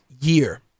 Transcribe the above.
year